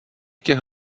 těch